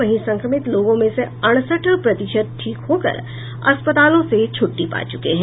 वहीं संक्रमित लोगों में से अड़सठ प्रतिशत ठीक होकर अस्पतालों से छुट्टी पा चुके हैं